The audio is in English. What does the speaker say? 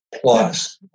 plus